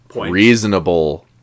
reasonable